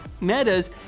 Meta's